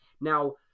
Now